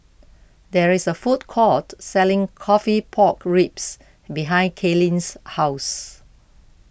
there is a food court selling Coffee Pork Ribs behind Kaylin's house